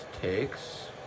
takes